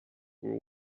were